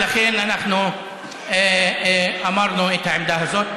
ולכן, אנחנו אמרנו את העמדה הזאת.